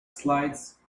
slides